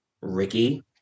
Ricky